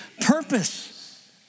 purpose